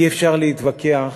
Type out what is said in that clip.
אי-אפשר להתווכח